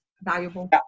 valuable